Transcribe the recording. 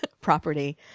property